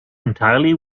entirely